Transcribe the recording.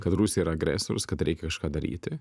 kad rusija yra agresorius kad reikia kažką daryti